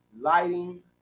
lighting